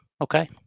okay